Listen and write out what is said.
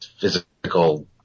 physical